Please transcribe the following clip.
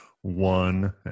One